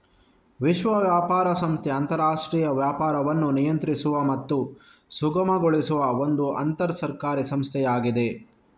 ವಿಶ್ವ ವ್ಯಾಪಾರ ಸಂಸ್ಥೆ ಅಂತರಾಷ್ಟ್ರೀಯ ವ್ಯಾಪಾರವನ್ನು ನಿಯಂತ್ರಿಸುವ ಮತ್ತು ಸುಗಮಗೊಳಿಸುವ ಒಂದು ಅಂತರ ಸರ್ಕಾರಿ ಸಂಸ್ಥೆಯಾಗಿದೆ